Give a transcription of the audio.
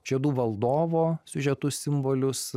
žiedų valdovo siužetus simbolius